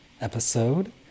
episode